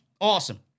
Awesome